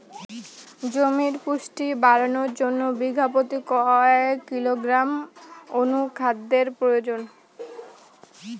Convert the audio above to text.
জমির পুষ্টি বাড়ানোর জন্য বিঘা প্রতি কয় কিলোগ্রাম অণু খাদ্যের প্রয়োজন?